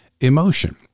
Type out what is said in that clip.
emotion